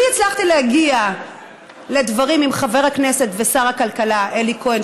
אני הצלחתי להגיע לדברים עם חבר הכנסת ושר הכלכלה אלי כהן,